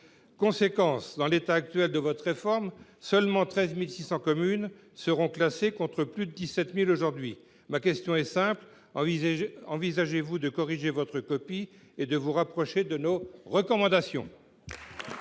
lors, en l’état actuel de votre réforme, seules 13 600 communes seront classées en ZRR, contre plus de 17 000 aujourd’hui. Ma question est simple : envisagez vous de corriger votre copie pour vous rapprocher de nos recommandations ? La parole est